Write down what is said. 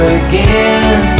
again